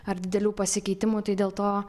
ar didelių pasikeitimų tai dėl to